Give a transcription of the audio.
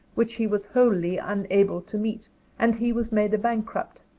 which he was wholly unable to meet and he was made a bankrupt,